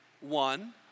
one